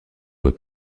voie